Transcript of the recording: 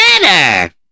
better